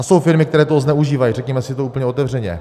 Jsou firmy, které toho zneužívají, řekněme si to úplně otevřeně.